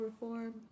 reform